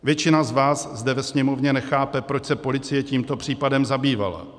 Většina z vás zde ve Sněmovně nechápe, proč se policie tímto případem zabývala.